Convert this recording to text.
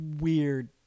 weird